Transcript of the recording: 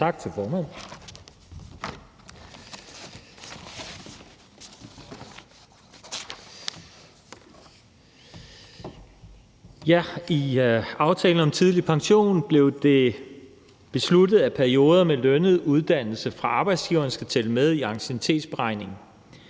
I aftalen om tidlig pension blev det besluttet, at perioder med lønnet uddannelse fra arbejdsgiveren skal tælle med i anciennitetsberegningen.